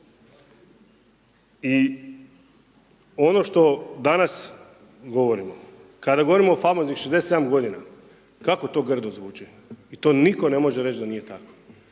I ono što danas govorimo, kada govorimo o famoznih 67 g., kako to grdo zvuči i to nitko ne može reći da nije tako,